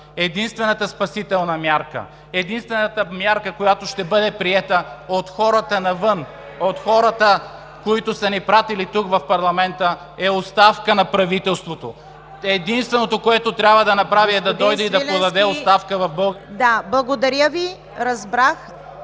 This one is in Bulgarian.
единствената спасителна мярка, единствената мярка, която ще бъде приета от хората навън, от хората, които са ни пратили тук – в парламента, е оставка на правителството. Единственото, което трябва да направи, е да дойде и да подаде оставка в…